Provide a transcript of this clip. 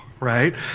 Right